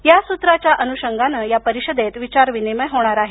या सूत्राच्या अनुषंगानं या परिषदेत विचारविनिमय होणार आहे